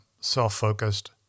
self-focused